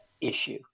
issue